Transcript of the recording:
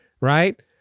Right